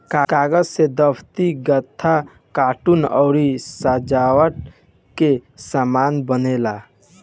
कागज से दफ्ती, गत्ता, कार्टून अउरी सजावट के सामान बनेला